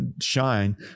shine